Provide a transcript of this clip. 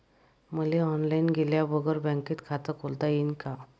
मले ऑनलाईन गेल्या बगर बँकेत खात खोलता येईन का?